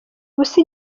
ubusa